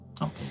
Okay